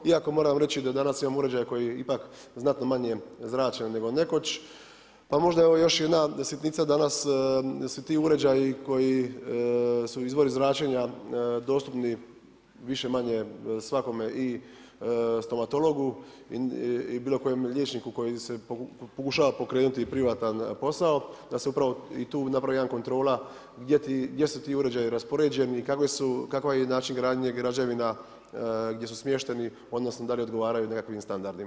Iako moram reći da danas imamo uređaja koji ipak znatno manje zrače nego nekoć, pa možda evo još jedna sitnica danas su ti uređaji koji su izvori zračenja dostupni više-manje svakome i stomatologu i bilo kojem liječniku koji se pokušava pokrenuti privatan posao, da se upravo i tu napravi jedna kontrola gdje su ti uređaji raspoređeni, kakav je način gradnje građevina gdje su smješteni, odnosno da li odgovaraju nekakvim standardima.